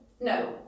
No